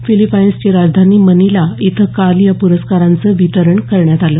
फिलीपाईन्सची राजधानी मनिला इथे काल या प्रस्काराचं वितरण करण्यात आलं